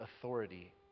authority